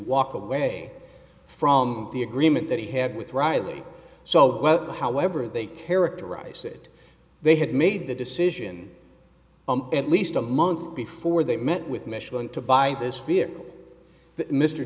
walk away from the agreement that he had with right so well however they characterize it they had made the decision at least a month before they met with michelin to buy this vehicle